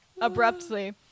abruptly